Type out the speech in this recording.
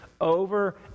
over